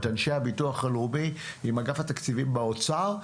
את אנשי הביטוח הלאומי עם אגף התקציבים באוצר,